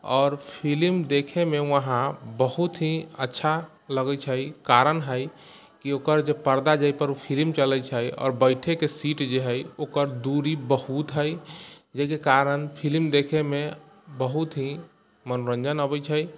आओर फिलिम देखयमे वहाँ बहुत ही अच्छा लगै छै कारण हइ कि ओकर जे पर्दा जाहिपर ओ फिलिम चलै छै आओर बैठयके सीट जे हइ ओकर दूरी बहुत हइ जाहिके कारण फिलिम देखयमे बहुत ही मनोरञ्जन अबै छै